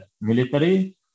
military